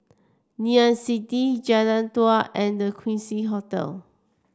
Ngee Ann City Jalan Dua and The Quincy Hotel